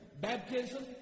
baptism